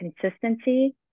consistency